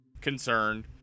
concerned